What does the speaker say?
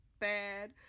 bad